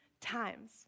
times